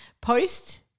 post